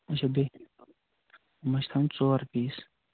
اَچھا بیٚیہِ یِم حظ چھِ تھاوٕنۍ ژور پیس